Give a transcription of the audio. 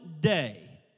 day